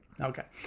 okay